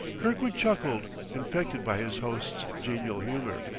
kirkwood chuckled, infected by his host's genial humor.